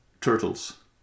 turtles